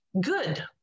Good